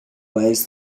ways